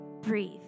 Breathe